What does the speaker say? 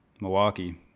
milwaukee